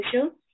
social